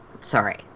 Sorry